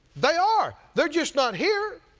they are. they're just not here,